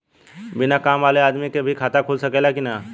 बिना काम वाले आदमी के भी खाता खुल सकेला की ना?